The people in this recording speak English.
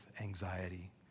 anxiety